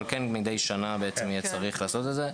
אבל מדי שנה צריך יהיה לעשות את זה.